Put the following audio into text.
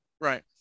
right